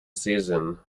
season